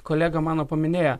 kolega mano paminėjo